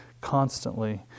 constantly